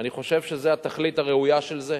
ואני חושב שזה התכלית הראויה של זה.